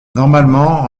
normalement